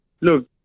look